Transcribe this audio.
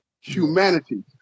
humanity